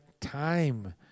time